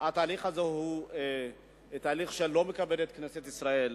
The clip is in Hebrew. שהתהליך הזה הוא תהליך שלא מכבד את כנסת ישראל.